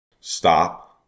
stop